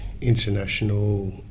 international